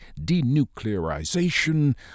denuclearization